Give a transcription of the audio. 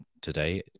today